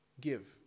give